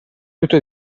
tutto